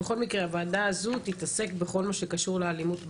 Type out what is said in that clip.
בכל מקרה הוועדה הזו תתעסק בכל מה שקשור לאלימות ברשת,